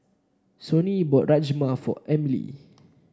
Sonji bought Rajma for Emilie